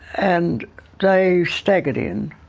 and they staggered in.